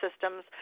systems